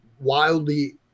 wildly